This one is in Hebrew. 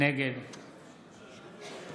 נגד